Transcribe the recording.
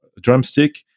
drumstick